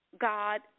God